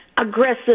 aggressive